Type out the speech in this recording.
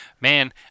man